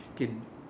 okay